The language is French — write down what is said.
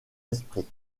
esprit